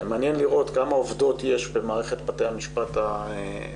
מעניין לראות כמה עובדות יש במערכת בתי המשפט הממלכתית,